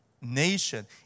nation